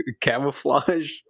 camouflage